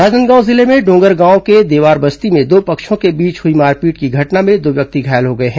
राजनांदगांव जिले में डोंगरगांव के देवार बस्ती में दो पक्षों के बीच हुई मारपीट की घटना में दो व्यक्ति घायल हो गए हैं